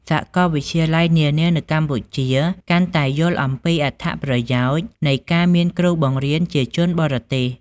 សាកលវិទ្យាល័យនានានៅកម្ពុជាកាន់តែយល់អំពីអត្ថប្រយោជន៍នៃការមានគ្រូបង្រៀនជាជនបរទេស។